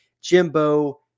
Jimbo